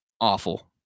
Awful